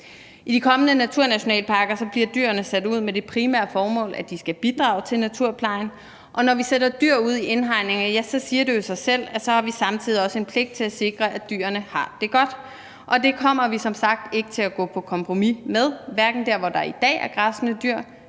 I de kommende naturnationalparker bliver dyrene sat ud med det primære formål, at de skal bidrage til naturplejen, og når vi sætter dyr ud i indhegninger, siger det jo sig selv, at vi samtidig også har en pligt til at sikre, at dyrene har det godt. Og det kommer vi som sagt ikke til at gå på kompromis med hverken der, hvor der i dag er græssende dyr,